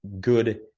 good